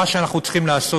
מה שאנחנו צריכים לעשות,